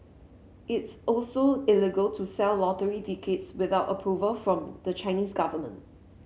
it's also illegal to sell lottery tickets without approval from the Chinese government